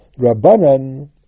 Rabbanan